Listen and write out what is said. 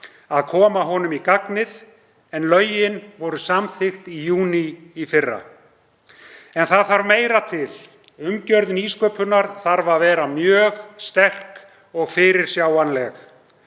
að koma honum í gagnið, en lögin voru samþykkt í júní í fyrra. En það þarf meira til. Umgjörð nýsköpunar þarf að vera mjög sterk og fyrirsjáanleg.